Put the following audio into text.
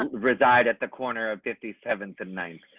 um reside at the corner of fifty seventh and ninth.